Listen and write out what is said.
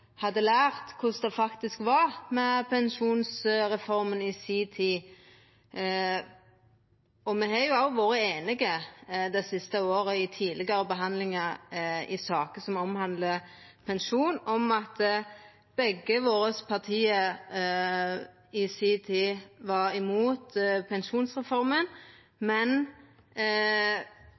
hadde lært korleis det faktisk var med pensjonsreforma i si tid. Me har òg vore einige det siste året i samband med tidlegare behandlingar av saker som omhandlar pensjon, om at begge våre parti i si tid var imot pensjonsreforma, men